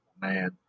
man